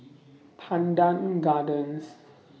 Pandan Gardens